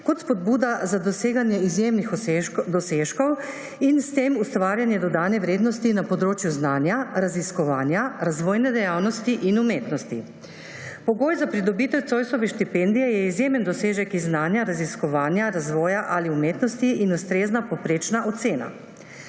kot spodbuda za doseganje izjemnih dosežkov in s tem ustvarjanje dodane vrednosti na področju znanja, raziskovanja razvojne dejavnosti in umetnosti. Pogoj za pridobitev Zoisove štipendije je izjemen dosežek iz znanja, raziskovanja, razvoja ali umetnosti in ustrezna povprečna ocena.